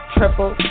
Triple